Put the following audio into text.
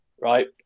right